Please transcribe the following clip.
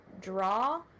draw